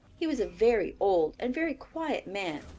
he was a very old and very quiet man,